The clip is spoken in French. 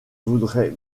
voudrais